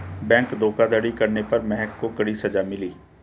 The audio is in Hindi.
बैंक धोखाधड़ी करने पर महक को कड़ी सजा मिली